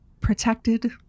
protected